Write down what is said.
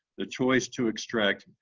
the choice to extract